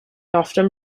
often